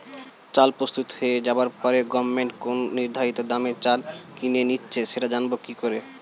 চাল প্রস্তুত হয়ে যাবার পরে গভমেন্ট কোন নির্ধারিত দামে চাল কিনে নিচ্ছে সেটা জানবো কি করে?